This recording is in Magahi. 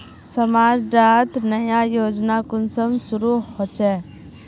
समाज डात नया योजना कुंसम शुरू होछै?